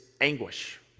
anguish